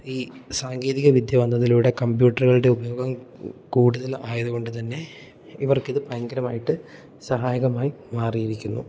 ഈ സാങ്കേതിക വിദ്യ വന്നതിലൂടെ കമ്പ്യൂട്ടറുകളുടെ ഉപയോഗം കൂടുതൽ ആയതു കൊണ്ട് തന്നെ ഇവർക്ക് ഇത് ഭയങ്കരമായിട്ട് സഹായകമായി മാറിയിരിക്കുന്നു